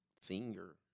singer